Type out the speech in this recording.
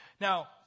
Now